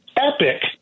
epic